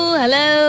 hello